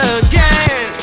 again